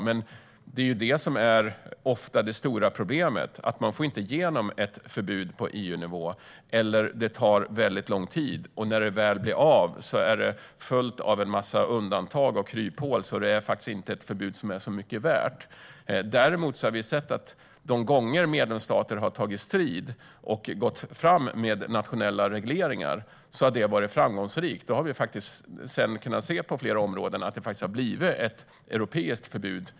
Men ofta är det stora problemet just att man inte får igenom ett förbud på EU-nivå, eller också tar det väldigt lång tid och när det väl blir av är det fullt av en massa undantag och kryphål. Det blir därför ett förbud som inte är mycket värt. Däremot har vi sett att de gånger medlemsstater har tagit strid och gått fram med nationella regleringar har det varit framgångsrikt. Vi har på flera områden kunnat se att detta har lett till ett europeiskt förbud.